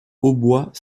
hautbois